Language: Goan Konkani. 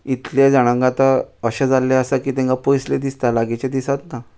इतले जाणांक आतां अशें जाल्लें आसा की तांकां पयसलें दिसता लागींचें दिसत ना